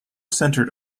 centered